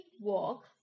walk